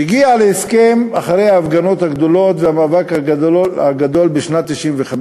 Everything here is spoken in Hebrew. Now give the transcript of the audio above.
הגיעו להסכם אחרי ההפגנות הגדולות והמאבק הגדול בשנת 1995,